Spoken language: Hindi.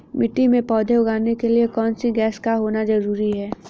मिट्टी में पौधे उगाने के लिए कौन सी गैस का होना जरूरी है?